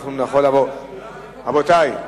רבותי,